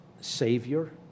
Savior